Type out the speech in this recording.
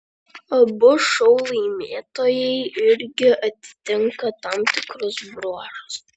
abu šou laimėtojai irgi atitinka tam tikrus bruožus